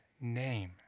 name